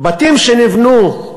בתים שנבנו,